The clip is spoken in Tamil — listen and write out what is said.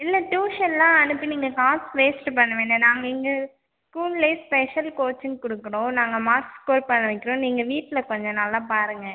இல்லை டூஷனெலாம் அனுப்பி நீங்கள் காசு வேஸ்ட்டு பண்ண வேணாம் நாங்கள் இங்கே ஸ்கூலிலே ஸ்பெஷல் கோச்சிங் கொடுக்குறோம் நாங்கள் மார்க் ஸ்கோர் பண்ண வைக்கிறோம் நீங்கள் வீட்டில் கொஞ்சம் நல்லா பாருங்கள்